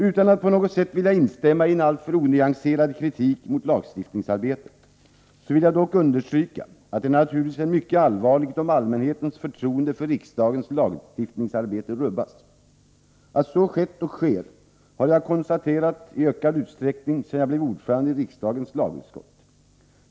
Utan att på något sätt vilja instämma i en alltför onyanserad kritik mot lagstiftningsarbetet vill jag dock understryka att det naturligtvis är mycket allvarligt om allmänhetens förtroende för riksdagens lagstiftningsarbete rubbas. Att så har skett, och sker, har jag konstaterat i ökad utsträckning sedan jag blev ordförande i riksdagens lagutskott.